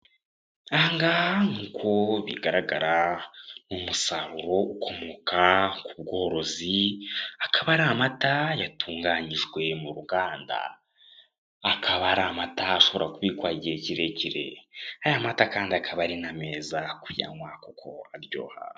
Aha ngaha nkuko bigaragara umusaruro ukomoka ku bworozi, akaba ari amata yatunganyijwe mu ruganda. Akaba ari amata ashobora kubikwa igihe kirekire. Aya mata kandi akaba ari nameza kuyanywa kuko aryoha.